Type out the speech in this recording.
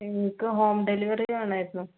നിങ്ങൾക്ക് home delivery വേണമായിരുന്നു